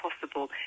possible